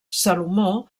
salomó